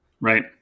Right